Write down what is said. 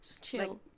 chill